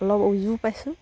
অলপ উজুও পাইছোঁ